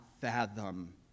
fathom